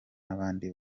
n’abandi